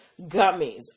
gummies